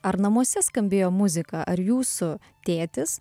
ar namuose skambėjo muzika ar jūsų tėtis